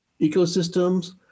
ecosystems